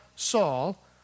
Saul